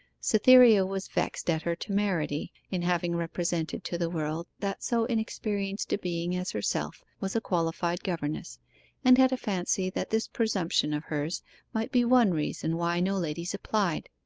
cytherea was vexed at her temerity in having represented to the world that so inexperienced a being as herself was a qualified governess and had a fancy that this presumption of hers might be one reason why no ladies applied.